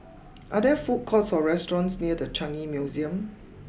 are there food courts or restaurants near the Changi Museum